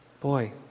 Boy